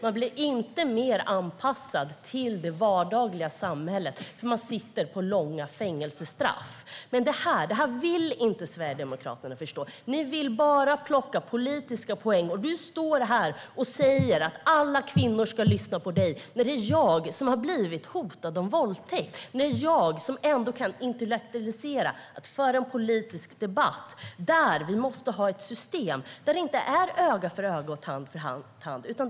Man blir inte mer anpassad till det vardagliga samhället för att man sitter av långa fängelsestraff. Men det här vill inte Sverigedemokraterna förstå. Ni vill bara plocka politiska poäng. Du står här och säger att alla kvinnor ska lyssna på dig när det är jag som har blivit hotad med våldtäkt. Det är jag som ändå kan intellektualisera och föra en politisk debatt. Vi måste ha ett system där det inte är öga för öga och tand för tand som gäller.